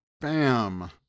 Bam